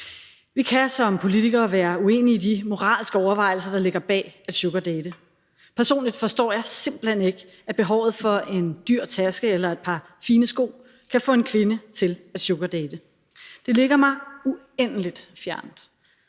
Vi kan som politikere være uenige i de moralske overvejelser, der ligger bag at sugardate. Personligt forstår jeg simpelt hen ikke, at behovet for en dyr taske eller et par fine sko kan få en kvinde til at sugardate. Det ligger mig uendelig fjernt,